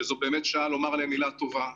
וזו באמת שעה לומר להם מילה טובה.